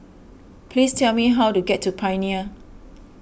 please tell me how to get to Pioneer